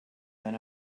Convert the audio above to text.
than